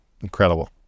incredible